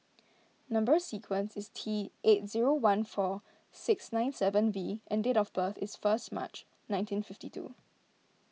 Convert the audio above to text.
Number Sequence is T eight zero one four six nine seven V and date of birth is first March nineteen fifty two